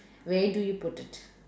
where do you put it